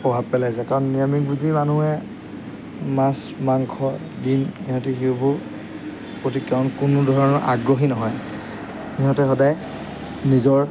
প্ৰভাৱ পেলাইছে কাৰণ নিৰামিষভোজী মানুহে মাছ মাংস ডিম সিহঁতি সেইবোৰ কোনো ধৰণৰ আগ্ৰহী নহয় সিহঁতে সদায় নিজৰ